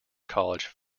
college